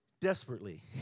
Desperately